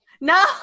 No